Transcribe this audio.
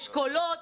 אשכולות,